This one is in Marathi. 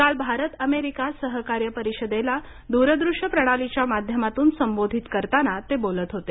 काल भारत अमेरिका सहकार्य परिषदेला दुरदृश्य प्रणालीच्या माध्यमातून संबोधित करताना ते बोलत होते